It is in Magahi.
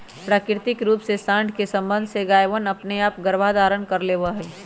प्राकृतिक रूप से साँड के सबंध से गायवनअपने आप गर्भधारण कर लेवा हई